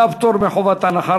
קיבלה פטור מחובת הנחה,